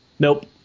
Nope